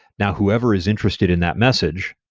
now, whoever is interested in that message,